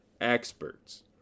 experts